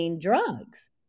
drugs